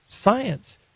science